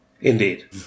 Indeed